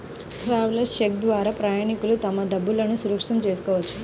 travellers cheque ద్వారా ప్రయాణికులు తమ డబ్బులును సురక్షితం చేసుకోవచ్చు